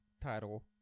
title